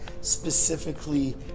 specifically